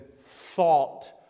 thought